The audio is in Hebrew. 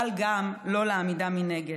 אבל גם לא לעמידה מנגד,